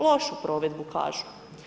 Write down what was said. Lošu provedbu kažu.